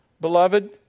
beloved